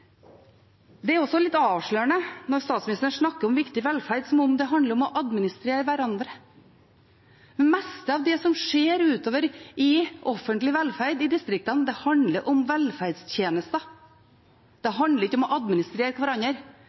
Det er også litt avslørende når statsministeren snakker om viktig velferd som om det handler om å administrere hverandre. Det meste av det som skjer i offentlig velferd i distriktene, handler om velferdstjenester; det handler ikke om å administrere hverandre.